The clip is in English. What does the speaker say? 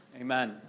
amen